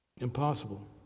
Impossible